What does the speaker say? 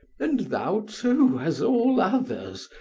and thou, too, as all others,